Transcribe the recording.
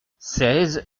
seize